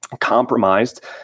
compromised